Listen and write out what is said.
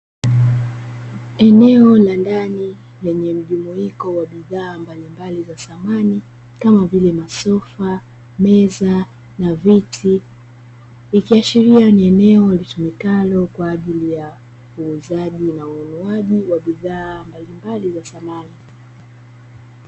Eneo la ndani lenye mjumuiko wa bidhaa mbalimbali za samani kama vile; masofa, meza na viti. Ikiashiria ni eneo litumikalo kwaajili ya uuzaji na ununuaji wa bidhaa mbalimbali za samani.